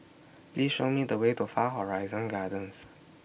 Please Show Me The Way to Far Horizon Gardens